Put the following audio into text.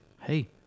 hey